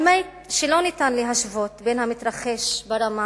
האמת היא שלא ניתן להשוות בין המתרחש ברמה